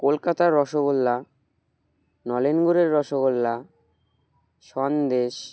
কলকাতার রসগোল্লা নলেনগুড়ের রসগোল্লা সন্দেশ